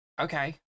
Okay